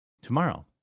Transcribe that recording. tomorrow